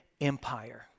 Empire